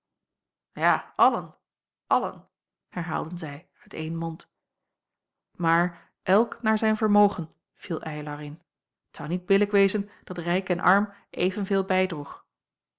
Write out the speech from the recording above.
ja allen allen herhaalden zij uit een mond maar elk naar zijn vermogen viel eylar in t zou niet billijk wezen dat rijk en arm evenveel bijdroeg